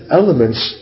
elements